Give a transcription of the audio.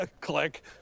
Click